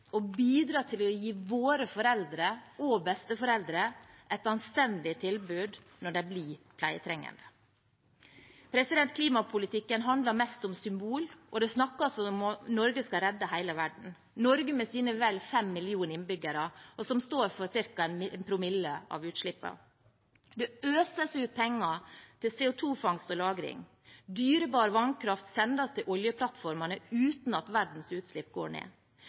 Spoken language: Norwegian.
bidra til å gi våre foreldre og besteforeldre et anstendig tilbud når de blir pleietrengende. Klimapolitikken handler mest om symbol, og det snakkes som om Norge skal redde hele verden – Norge med sine vel 5 millioner innbyggere, og som står for ca. 1 promille av utslippene. Det øses ut penger til CO 2 -fangst- og -lagring. Dyrebar vannkraft sendes til oljeplattformene uten at verdens utslipp går ned.